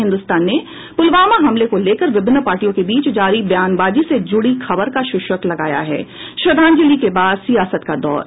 हिन्दुस्तान ने पुलवामा हमले को लेकर विभिन्न पार्टियों के बीच जारी बयानबाजी से ज़ुड़ी खबर का शीर्षक लगाया है श्रद्धाजंलि के बाद सियासत का दौर